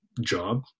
job